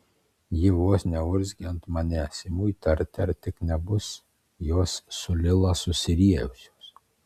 ji vos neurzgia ant manęs imu įtarti ar tik nebus jos su lila susiriejusios